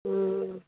हूँ